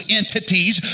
entities